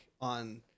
on